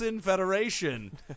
Federation